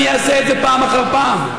אני אעשה את זה פעם אחר פעם.